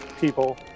people